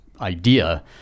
idea